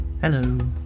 Hello